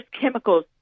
chemicals